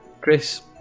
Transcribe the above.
Chris